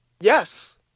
Yes